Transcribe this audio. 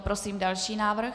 Prosím další návrh.